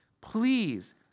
please